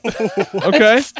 okay